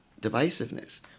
divisiveness